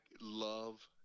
love